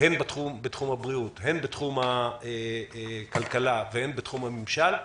בתחומי הבריאות, כלכלה, וממשל.